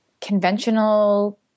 conventional